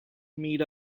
meet